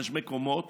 יש מקומות